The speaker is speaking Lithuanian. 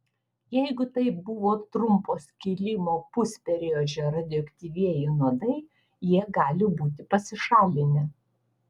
jeigu tai buvo trumpo skilimo pusperiodžio radioaktyvieji nuodai jie gali būti pasišalinę